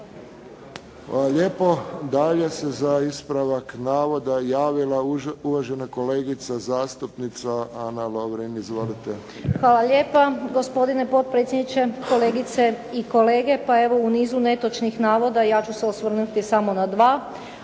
Hvala lijepo. Dalje se za ispravak navoda javila uvažena kolegica zastupnica Ana Lovrin. Izvolite. **Lovrin, Ana (HDZ)** Hvala lijepa. Gospodine potpredsjedniče, kolegice i kolege. Pa evo u nizu netočnih navoda ja ću se osvrnuti samo na dva.